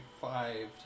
five